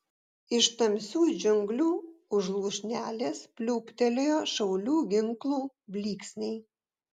iš tamsių džiunglių už lūšnelės pliūptelėjo šaulių ginklų blyksniai